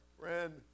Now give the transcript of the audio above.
Friend